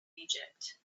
egypt